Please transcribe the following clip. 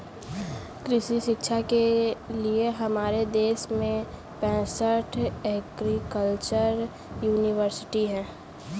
कृषि शिक्षा के लिए हमारे देश में पैसठ एग्रीकल्चर यूनिवर्सिटी हैं